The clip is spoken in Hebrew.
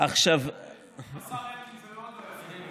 זה לא יפה.